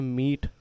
meet